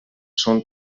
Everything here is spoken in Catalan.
són